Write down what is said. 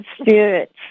spirits